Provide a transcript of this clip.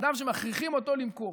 שאדם שמכריחים אותו למכור